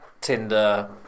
Tinder